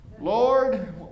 Lord